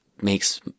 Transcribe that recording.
makes